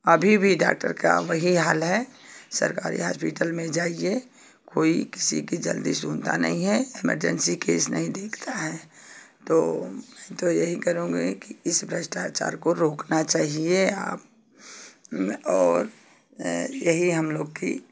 अभी भी डाक्टर का वही हाल है सरकारी हास्पिटल में जाइए कोई किसी की जल्दी सुनता नहीं है इमरजैंसी केस नहीं देखता है तो मैं तो यही करूँगी कि इस भ्रष्टाचार को रोकना चाहिए आप मैं और एही हम लोग की